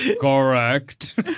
correct